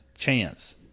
chance